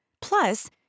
Plus